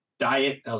Diet